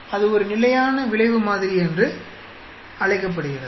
அது ஒரு நிலையான விளைவு மாதிரி என்று அழைக்கப்படுகிறது